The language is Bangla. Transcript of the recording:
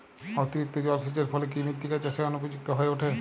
অতিরিক্ত জলসেচের ফলে কি মৃত্তিকা চাষের অনুপযুক্ত হয়ে ওঠে?